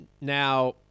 Now